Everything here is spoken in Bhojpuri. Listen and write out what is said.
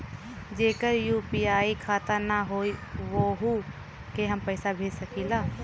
जेकर यू.पी.आई खाता ना होई वोहू के हम पैसा भेज सकीला?